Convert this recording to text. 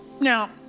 Now